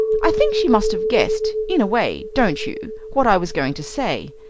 i think she must have guessed, in a way, don't you, what i was going to say?